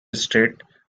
estate